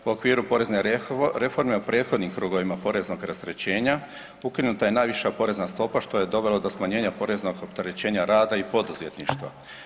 U okviru porezne reforme u prethodnim krugovima poreznog rasterećenja ukinuta je najviša porezna stopa što je dovelo do smanjenja poreznog opterećenja rada i poduzetništva.